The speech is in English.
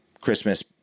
Christmas